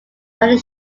another